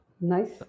Nice